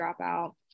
dropout